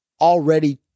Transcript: already